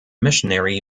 missionary